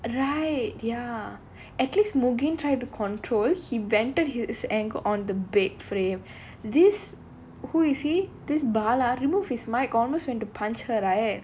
right ya at least mugen try to control he vented his anger on the bed frame this who is he this bala remove his microphone almost went to punch her right